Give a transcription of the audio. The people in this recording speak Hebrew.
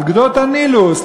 על גדות הנילוס,